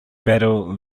battle